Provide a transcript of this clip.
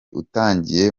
utangiye